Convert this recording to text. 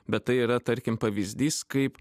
bet tai yra tarkim pavyzdys kaip